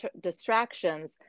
distractions